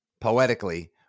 poetically